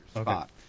spot